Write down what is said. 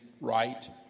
right